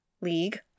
League